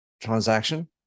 Transaction